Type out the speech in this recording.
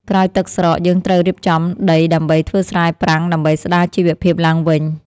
ក្រោយទឹកស្រក យើងត្រូវរៀបចំដីដើម្បីធ្វើស្រែប្រាំងដើម្បីស្តារជីវភាពឡើងវិញ។